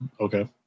okay